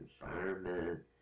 environment